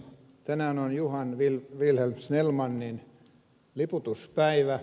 tänään on johan vilhelm snellmanin liputuspäivä